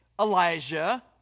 Elijah